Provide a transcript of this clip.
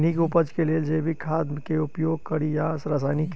नीक उपज केँ लेल जैविक खाद केँ उपयोग कड़ी या रासायनिक केँ?